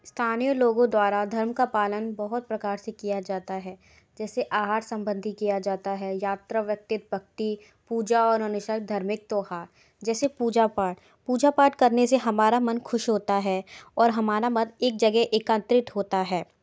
स्थानिए लोगों द्वारा धर्म का पालन बहुत प्रकार से किया जाता है जैसे आहार संबंधी किया जाता है यात्रा भक्ति पूजा और अनुसार धार्मिक त्यौहार जैसे पूजा पाठ पूजा पाठ करने से हमारा मन खुश होता है और हमारा मत एक जगह एकत्रित होता है